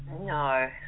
No